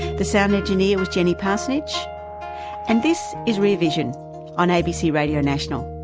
the sound engineer was jenny parsonage and this is rear vision on abc radio national.